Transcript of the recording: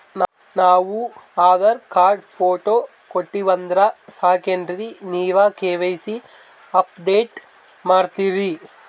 ನಾವು Aadhaar card, photo ಕೊಟ್ಟೀವಂದ್ರ ಸಾಕೇನ್ರಿ ನೀವ ಕೆ.ವೈ.ಸಿ ಅಪಡೇಟ ಮಾಡ್ತೀರಿ?